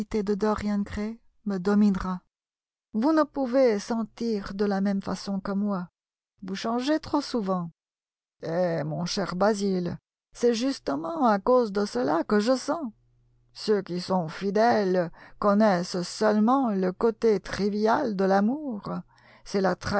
dorian gray me dominera vous ne pouvez sentir de la même façon que moi vous changez trop souvent eh mon cher basil c'est justement à cause de cela que je sens ceux qui sont fidèles connaissent seulement le côté trivial de l'amour c'est la